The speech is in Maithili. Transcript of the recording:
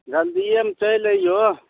जल्दियेमे चलि अहियो